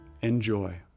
enjoy